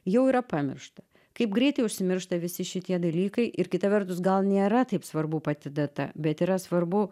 jau yra pamiršta kaip greitai užsimiršta visi šitie dalykai ir kita vertus gal nėra taip svarbu pati data bet yra svarbu